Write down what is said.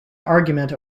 argument